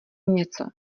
něco